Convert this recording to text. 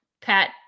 Pat